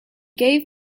gave